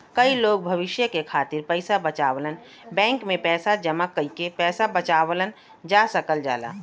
कई लोग भविष्य के खातिर पइसा बचावलन बैंक में पैसा जमा कइके पैसा बचावल जा सकल जाला